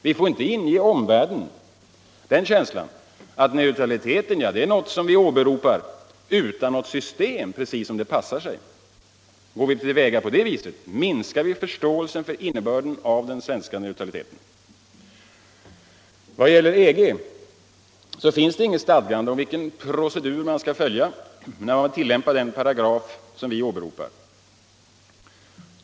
Vi får inte inge omvärlden känslan att neutraliteten är något vi åberopar, utan något system, precis som det passar oss. Går vi till väga på det viset minskar förståelsen för innebörden av den svenska neutraliteten. När det gäller EG finns det inget stadgande om vilken procedur som skall följas när man vill tillämpa den paragraf vi åberopar.